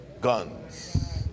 guns